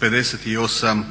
358